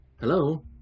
hello